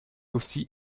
aussi